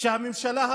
והרשות הזו